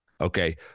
Okay